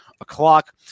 o'clock